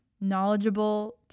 knowledgeable